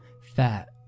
fat